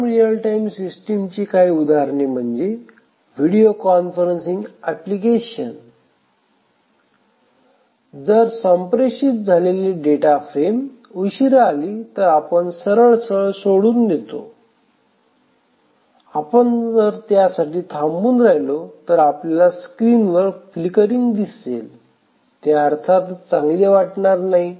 firm real time सिस्टीमची काही उदाहरणे म्हणजे व्हिडिओ कॉन्फरन्सिंग एप्लीकेशन जर संप्रेषित झालेली डेटाफ्रेम उशिरा आली तर आपण सरळ सरळ सोडून देतो आपण जर तिच्यासाठी थांबून राहिलो तर आपल्याला स्क्रीनवर फ्लिकरिंग दिसेल ते अर्थातच चांगले वाटणार नाही